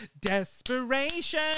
Desperation